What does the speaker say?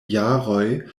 jaroj